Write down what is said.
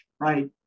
right